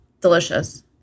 Delicious